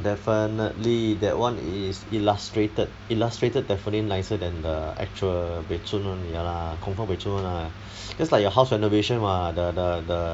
definitely that [one] is illustrated illustrated definitely nicer than the actual buay zun [one] ya lah confirm buay zun [one] lah just like your house renovation [what] the the the